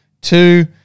two